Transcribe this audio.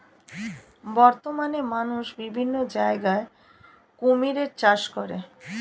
বর্তমানে মানুষ বিভিন্ন জায়গায় কুমিরের চাষ করে